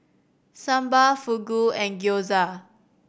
Sambar Fugu and Gyoza